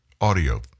audio